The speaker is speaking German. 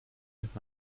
mit